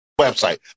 website